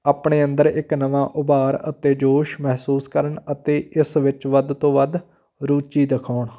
ਆਪਣੇ ਅੰਦਰ ਇੱਕ ਨਵਾਂ ਉਭਾਰ ਅਤੇ ਜੋਸ਼ ਮਹਿਸੂਸ ਕਰਨ ਅਤੇ ਇਸ ਵਿੱਚ ਵੱਧ ਤੋਂ ਵੱਧ ਰੁਚੀ ਦਿਖਾਉਣ